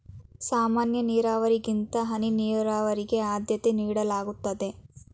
ಸಾಮಾನ್ಯ ನೀರಾವರಿಗಿಂತ ಹನಿ ನೀರಾವರಿಗೆ ಆದ್ಯತೆ ನೀಡಲಾಗುತ್ತದೆ